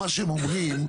מה שהם אומרים,